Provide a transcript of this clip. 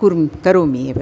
कुर्म् करोमि एव